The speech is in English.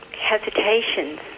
hesitations